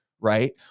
right